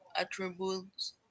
attributes